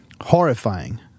horrifying